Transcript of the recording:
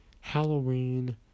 Halloween